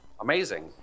amazing